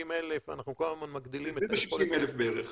70 אלף אנחנו כל הזמן מגדילים את --- זה סביב ה-60,000 בערך.